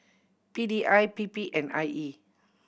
P D I P P and I E